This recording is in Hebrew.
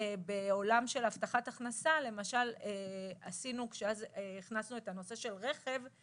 בעולם של הבטחת הכנסה כשהכנסנו את הנושא של רכב,